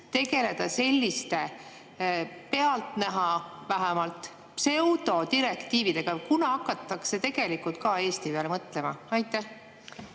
tegeleda selliste vähemalt pealtnäha pseudodirektiividega. Kunas hakatakse tegelikult ka Eesti peale mõtlema? Aitäh!